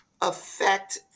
affect